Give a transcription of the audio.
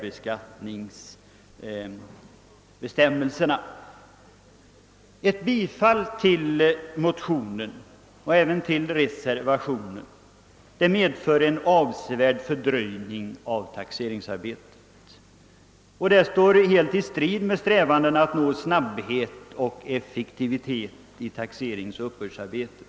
Ett bifall till reservationen skulle medföra en avsevärd fördröjning av taxeringsarbetet, och detta står helt i strid med strävandena att få snabbhet och effektivitet i taxeringsoch uppbördarbetet.